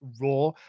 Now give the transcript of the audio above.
Raw